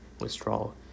withdrawal